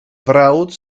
frawd